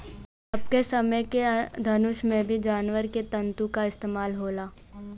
अबके समय के धनुष में भी जानवर के तंतु क इस्तेमाल होला